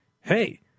Hey